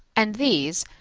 and these,